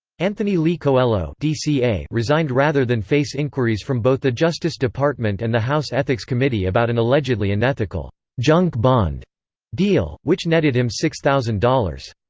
anthony lee coelho resigned rather than face inquiries from both the justice department and the house ethics committee about an allegedly unethical junk bond deal, which netted him six thousand dollars.